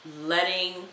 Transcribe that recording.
letting